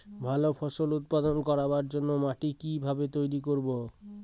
ভালো ফসল উৎপাদন করবার জন্য মাটি কি ভাবে তৈরী করব?